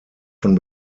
von